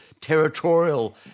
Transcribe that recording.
territorial